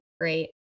great